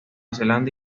zelanda